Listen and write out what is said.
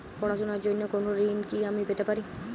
পড়াশোনা র জন্য কোনো ঋণ কি আমি পেতে পারি?